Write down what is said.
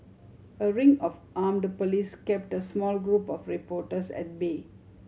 a ring of armed police kept a small group of reporters at bay